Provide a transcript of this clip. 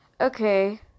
Okay